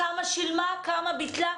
כמה ביטלה,